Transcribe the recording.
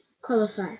qualify